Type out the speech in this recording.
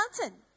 mountain